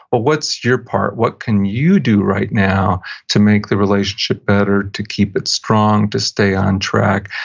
but what's your part? what can you do right now to make the relationship better, to keep it strong, to stay on track?